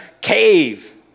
cave